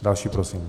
Další prosím.